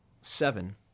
seven